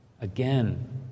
again